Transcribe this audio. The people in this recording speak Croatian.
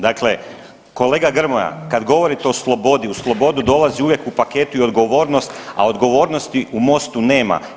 Dakle, kolega Grmoja kad govorite o slobodi uz slobodu dolazi uvijek u paketu i odgovornost, odgovornosti u Mostu nema.